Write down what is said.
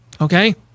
okay